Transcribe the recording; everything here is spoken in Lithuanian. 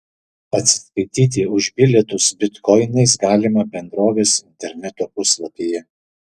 atsiskaityti už bilietus bitkoinais galima bendrovės interneto puslapyje